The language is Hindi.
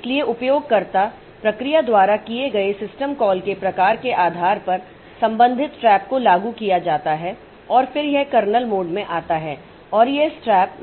इसलिए उपयोगकर्ता प्रक्रिया द्वारा किए गए सिस्टम कॉल के प्रकार के आधार पर संबंधित ट्रैप को लागू किया जाता है और फिर यह कर्नेल मोड में आता है और यह स्ट्ट्रैप